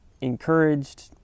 encouraged